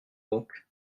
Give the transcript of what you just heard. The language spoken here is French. donc